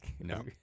no